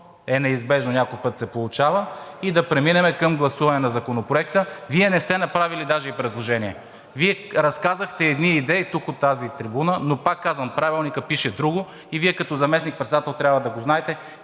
е неизбежно – някой път се получава, и да преминем към гласуване на Законопроекта. Вие не сте направили даже и предложение, разказахте едни идеи тук от трибуната, но повтарям, в Правилника пише друго и Вие като заместник-председател трябва да го знаете